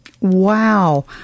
Wow